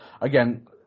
Again